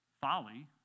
folly